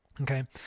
okay